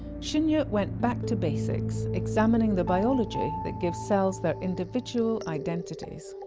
shinya went back to basics, examining the biology that gives cells their individual identities.